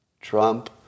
Trump